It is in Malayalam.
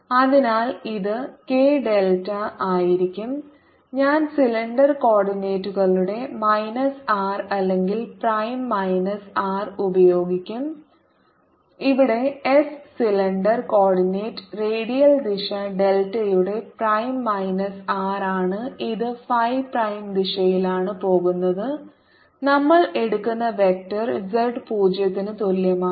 അതിനാൽ ഇത് കെ ഡെൽറ്റയായിരിക്കും ഞാൻ സിലിണ്ടർ കോർഡിനേറ്റുകളുടെ മൈനസ് ആർ അല്ലെങ്കിൽ പ്രൈം മൈനസ് ആർ ഉപയോഗിക്കും ഇവിടെ എസ് സിലിണ്ടർ കോർഡിനേറ്റ് റേഡിയൽ ദിശ ഡെൽറ്റയുടെ പ്രൈം മൈനസ് ആർ ആണ് ഇത് ഫൈ പ്രൈം ദിശയിലാണ് പോകുന്നത് നമ്മൾ എടുക്കുന്ന വെക്റ്റർ z പൂജ്യത്തിന് തുല്യമാണ്